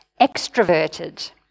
extroverted